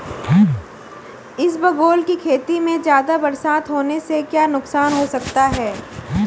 इसबगोल की खेती में ज़्यादा बरसात होने से क्या नुकसान हो सकता है?